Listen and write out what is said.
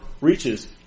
reaches